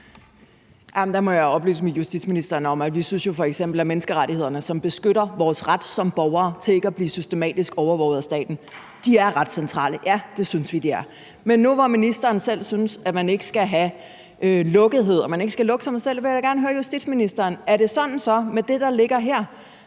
må jeg oplyse justitsministeren om, at vi f.eks. synes, at menneskerettighederne, som beskytter vores ret som borgere til ikke at blive systematisk overvåget af staten, er ret centrale – det synes vi de er. Men nu, hvor ministeren selv synes, at man ikke skal have lukkethed og man ikke skal lukke sig om sig selv, vil jeg da gerne høre justitsministeren: Er det så sådan med det, der ligger her,